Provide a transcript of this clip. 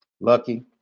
Lucky